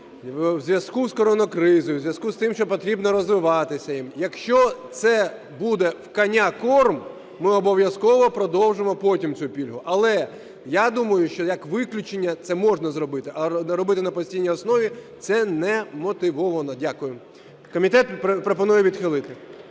у зв'язку з коронакризою, у зв'язку з тим, що потрібно розвиватися. Якщо це буде "в коня корм", ми обов'язково продовжимо потім цю пільгу. Але я думаю, що як виключення це можна зробити. А робити на постійній основі – це не вмотивовано. Дякую. Комітет пропонує відхилити.